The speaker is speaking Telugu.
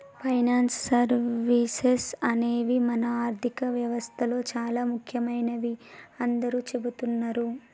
ఫైనాన్స్ సర్వీసెస్ అనేవి మన ఆర్థిక వ్యవస్తలో చానా ముఖ్యమైనవని అందరూ చెబుతున్నరు